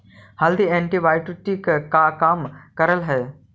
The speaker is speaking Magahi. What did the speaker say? हल्दी एंटीबायोटिक का काम करअ हई